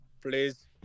please